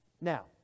Now